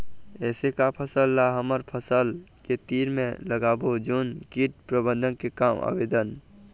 ऐसे का फसल ला हमर फसल के तीर मे लगाबो जोन कीट प्रबंधन के काम आवेदन?